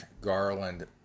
Garland